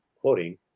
quoting